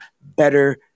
better